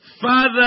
Father